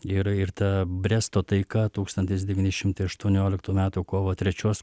ir ir ta bresto taika tūkstantis devyni šimtai aštuonioliktų metų kovo trečios